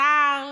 שר,